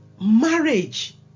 Marriage